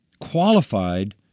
qualified